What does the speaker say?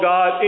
God